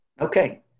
Okay